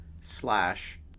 slash